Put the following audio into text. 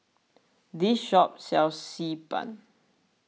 this shop sells Xi Ban